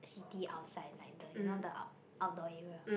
city outside like the you know like the outdoor area